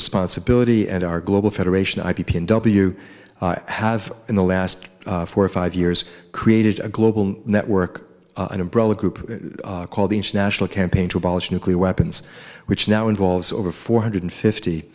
responsibility and our global federation i p p and w have in the last four or five years created a global network an umbrella group called the international campaign to abolish nuclear weapons which now involves over four hundred fifty